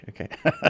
okay